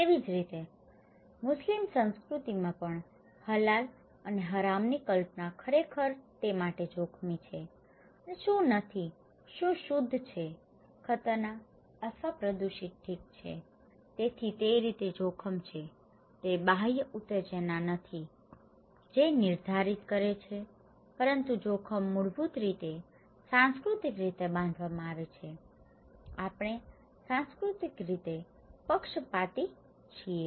તેવી જ રીતે મુસ્લિમ સંસ્કૃતિમાં પણ હલાલ અને હરામની કલ્પના ખરેખર તે માટે જોખમી છે અને શું નથી શુ શુદ્ધ છે ખતરનાક અથવા પ્રદૂષિત ઠીક છે તેથી તે રીતે જોખમ છે તે બાહ્ય ઉત્તેજના નથી જે નિર્ધારિત કરે છે પરંતુ જોખમ મૂળભૂત રીતે સાંસ્કૃતિક રીતે બાંધવામાં આવે છે આપણે સાંસ્કૃતિક રીતે પક્ષપાતી છીએ